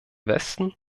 westen